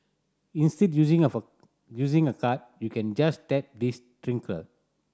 instead using of a using a card you can just tap this trinket